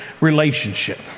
relationship